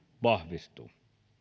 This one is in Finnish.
vahvistuu